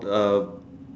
uh